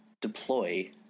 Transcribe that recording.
deploy